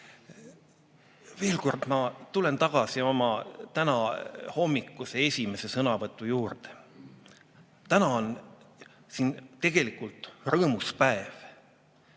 Veel kord tulen tagasi oma tänahommikuse esimese sõnavõtu juurde. Täna on siin tegelikult rõõmus päev.